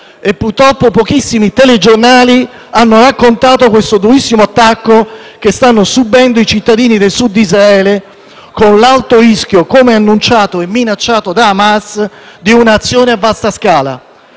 purtroppo pochissimi telegiornali hanno raccontato il durissimo attacco che stanno subendo i cittadini del Sud di Israele, con l'alto rischio, come annunciato e minacciato da Hamas, di un'azione a vasta scala.